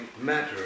matter